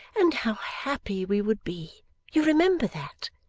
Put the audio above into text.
and how happy we would be you remember that?